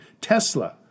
Tesla